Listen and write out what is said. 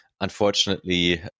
Unfortunately